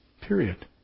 Period